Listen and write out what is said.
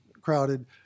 crowded